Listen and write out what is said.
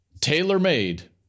tailor-made